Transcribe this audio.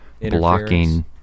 blocking